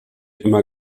immer